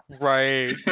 Right